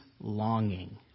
longing